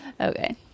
Okay